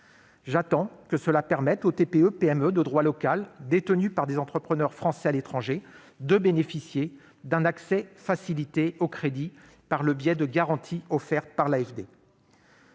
dispositions qu'elles permettent aux TPE-PME de droit local détenues par des entrepreneurs français à l'étranger de bénéficier d'un accès facilité au crédit, par le biais de garanties offertes par l'AFD.